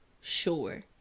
sure